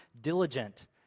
diligent